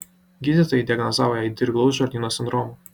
gydytojai diagnozavo jai dirglaus žarnyno sindromą